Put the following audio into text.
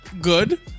good